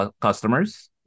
customers